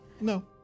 No